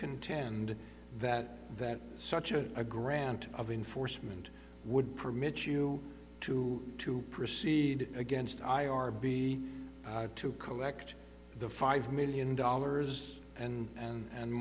contend that that such a a grant of enforcement would permit you to to proceed against i r b to collect the five million dollars and